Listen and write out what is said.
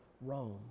Rome